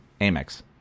Amex